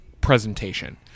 presentation